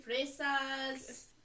Fresas